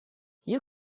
you